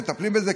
מפוזרים,